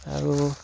আৰু